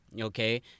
Okay